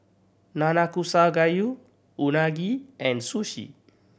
Nanakusa Gayu Unagi and Sushi